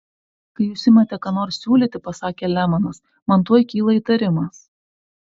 kai jūs imate ką nors siūlyti pasakė lemanas man tuoj kyla įtarimas